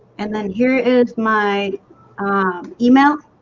and then here is my email